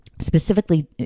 specifically